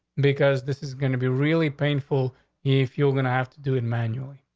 because this is going to be really painful if you're gonna have to do it manually.